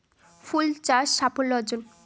ফুল চাষ সাফল্য অর্জন?